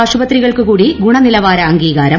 ആശുപത്രികൾക്കു കൂടി ഗുണനിലവാര അംഗീകാരം